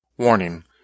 Warning